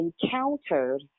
encountered